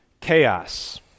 Chaos